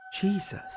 Jesus